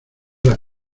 las